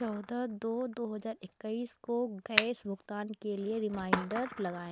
चौदह दो दो हज़ार इक्कीस को गैस भुगतान के लिए रिमाइंडर लगाएँ